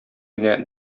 генә